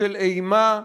של אימה,